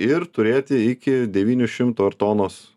ir turėti iki devynių šimtų ar tonos